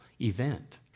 event